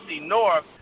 North